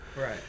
Right